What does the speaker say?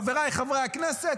חבריי חברי הכנסת,